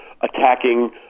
attacking